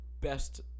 best